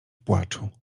płaczu